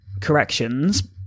corrections